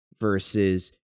versus